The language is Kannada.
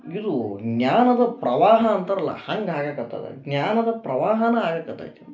ಇದು ಜ್ಞಾನದ ಪ್ರವಾಹ ಅಂತಾರಲ್ಲ ಹಂಗೆ ಆಗಾಕ್ಕತ್ತದ ಜ್ಞಾನದ ಪ್ರವಾಹನೇ ಆಗಾಕ್ಕತೈತಿ